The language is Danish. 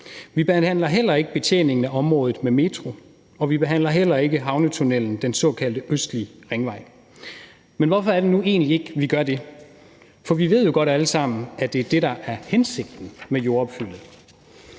Vi behandler heller ikke betjeningen af området med metro, og vi behandler heller ikke havnetunnellen, altså den såkaldte Østlig Ringvej. Men hvorfor er det nu egentlig, at vi ikke gør det? For vi ved jo godt alle sammen, at det er det, der er hensigten med jordopfyldet.